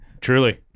Truly